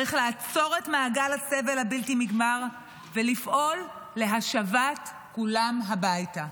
צריך לעצור את מעגל הסבל הבלתי-נגמר ולפעול להשבת כולם הביתה.